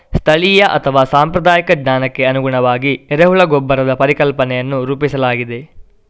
ಸ್ಥಳೀಯ ಅಥವಾ ಸಾಂಪ್ರದಾಯಿಕ ಜ್ಞಾನಕ್ಕೆ ಅನುಗುಣವಾಗಿ ಎರೆಹುಳ ಗೊಬ್ಬರದ ಪರಿಕಲ್ಪನೆಯನ್ನು ರೂಪಿಸಲಾಗಿದೆ